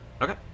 okay